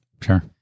Sure